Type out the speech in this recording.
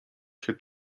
się